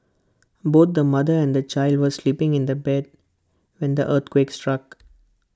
both the mother and the child were sleeping in bed when the earthquake struck